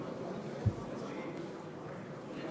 גברתי